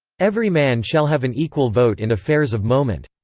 every man shall have an equal vote in affairs of moment.